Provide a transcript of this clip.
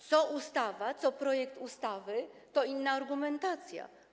Co ustawa, co projekt ustawy, to inna argumentacja.